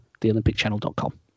theolympicchannel.com